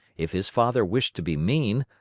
if his father wished to be mean,